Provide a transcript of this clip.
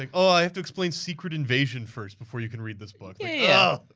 i have to explain secret invasion first before you can read this book. yeah